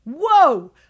whoa